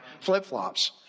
flip-flops